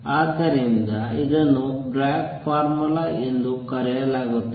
ಆದ್ದರಿಂದ ಇದನ್ನು Bragg formula ಎಂದು ಕರೆಯಲಾಗುತ್ತದೆ